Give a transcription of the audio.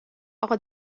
آقا